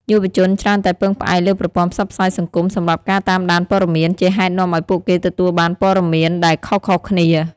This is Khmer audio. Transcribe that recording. យុវជនច្រើនតែពឹងផ្អែកលើប្រព័ន្ធផ្សព្វផ្សាយសង្គមសម្រាប់ការតាមដានព័ត៌មាន ជាហេតុនាំឱ្យពួកគេទទួលបានព័ត៌មានដែលខុសៗគ្នា។